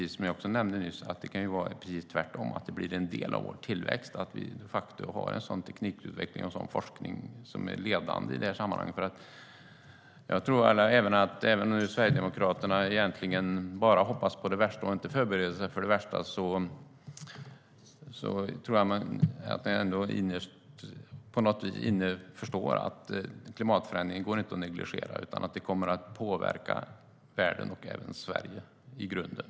Som jag nämnde nyss kan det vara precis tvärtom, att det blir en del av vår tillväxt att vi de facto har en teknikutveckling och en forskning som är ledande i detta sammanhang. Även om Sverigedemokraterna egentligen bara hoppas på det värsta och inte förbereder sig för det värsta, tror jag att de ändå förstår att det inte går att negligera klimatförändringen. Den kommer att påverka världen och även Sverige i grunden.